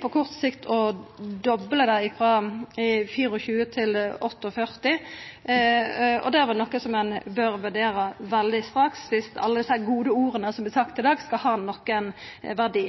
på kort sikt å dobla kapasiteten frå 24 til 48, og det er noko som han bør vurdera veldig straks, viss alle dei gode orda som vert sagde i dag, skal ha nokon verdi.